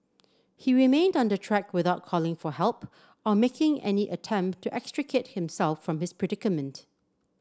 he remained on the track without calling for help or making any attempt to extricate himself from his predicament